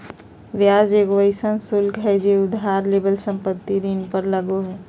ब्याज एगो अइसन शुल्क हइ जे उधार लेवल संपत्ति ऋण पर लगो हइ